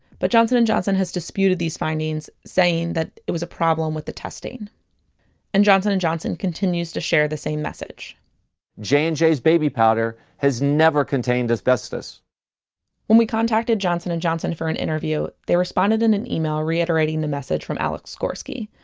but johnson and johnson has disputed these findings, saying that it was a problem with the testing and johnson and johnson continues to share the same message j and j's baby powder has never contained asbestos when we contacted j and j for an interview, they responded in an email reiterating the message from alex gorksy.